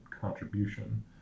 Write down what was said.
contribution